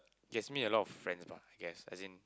Jasmine a lot of friends bah I guess as in